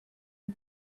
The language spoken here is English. the